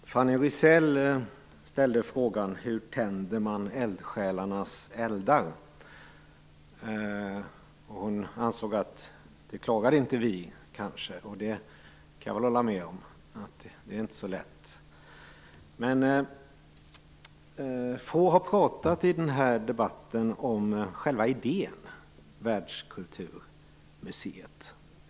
Fru talman! Fanny Rizell ställde frågan: Hur tänder man eldsjälarnas eldar? Hon ansåg att vi kanske inte klarar det. Jag kan hålla med om att det inte är så lätt. Få har i den här debatten pratat om själva idén med världskulturmuseet.